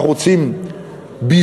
אנחנו רוצים ביזור,